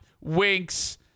winks